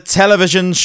television